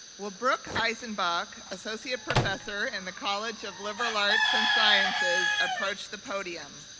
will brooke eisenbach, associate professor in the college of liberal arts and sciences, approach the podium?